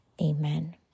Amen